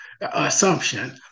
assumption